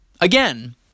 Again